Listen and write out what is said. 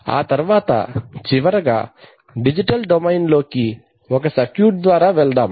ఆ తర్వాత చివరగా డిజిటల్ డొమైన్ లోకి ఒక సర్క్యూట్ ద్వారా వెళ్దాం